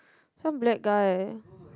some black guy